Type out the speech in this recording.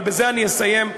אבל בזה אני אסיים,